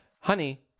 honey